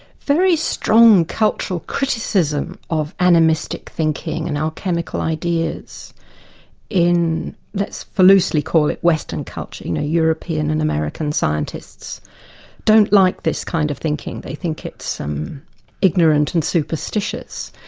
very strong cultural criticism of animistic thinking and our chemical ideas in let's loosely call it western culture, you know, european and american scientists don't like this kind of thinking. they think it's um ignorant and superstitious.